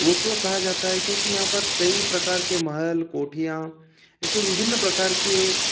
तो वो क्यों कहा जाता है क्योंकि यहाँ पर कई प्रकार के महल कोठियाँ ऐसे विभिन्न प्रकार के